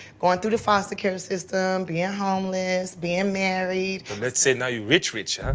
goin' through the foster care system, bein' homeless, bein' married let's say now you rich rich,